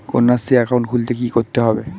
Kanyashree account খুলতে কী করতে হবে?